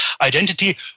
identity